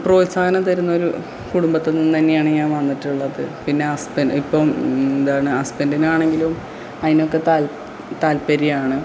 പ്രോത്സാഹനം തരുന്നൊരു കുടുംബത്ത് നിന്ന് തന്നെയാണ് ഞാൻ വന്നിട്ടുള്ളത് പിന്നെ എന്താണ് അസ്ബൻഡിനാണെങ്കിലും അതിനൊക്കെ താൽപര്യമാണ്